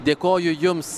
dėkoju jums